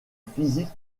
physique